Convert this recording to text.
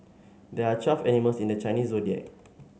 there are twelve animals in the Chinese Zodiac